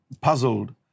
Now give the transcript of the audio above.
puzzled